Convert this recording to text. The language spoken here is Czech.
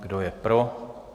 Kdo je pro?